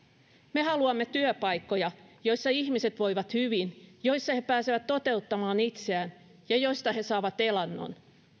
me haluamme työpaikkoja joissa ihmiset voivat hyvin joissa he pääsevät toteuttamaan itseään ja joista he saavat elannon